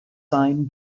sein